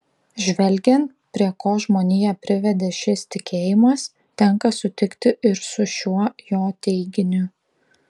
žvelgiant prie ko žmoniją privedė šis tikėjimas tenka sutikti ir su šiuo jo teiginiu